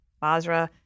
basra